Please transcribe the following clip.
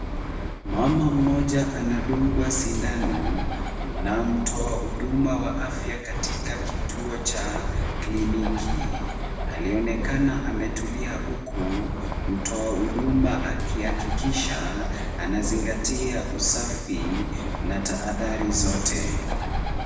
Mama mmoja anadungwa sindano na mtoa huduma ya afya katika kituo cha kliniki. Alionekana ametulia huku mtoa huduma akihakikisha anazingatia usafi na tahadhari zote.